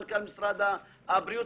מנכ"ל משרד הבריאות,